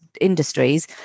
industries